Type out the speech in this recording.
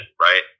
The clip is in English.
right